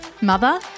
mother